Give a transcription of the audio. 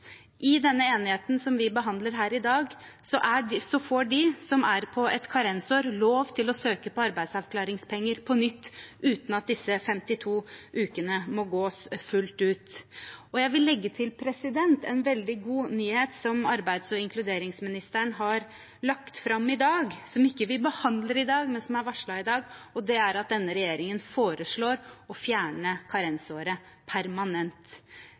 I denne enigheten vi behandler her i dag, får de som er på et karensår, lov til å søke på arbeidsavklaringspenger på nytt, uten at disse 52 ukene må gås fullt ut. Jeg vil legge til en veldig god nyhet som arbeids og inkluderingsministeren har lagt fram i dag – som vi ikke behandler i dag, men som er varslet i dag – og det er at denne regjeringen foreslår å fjerne karensåret permanent.